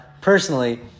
personally